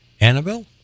Annabelle